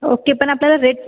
okay पण आपल्याला rate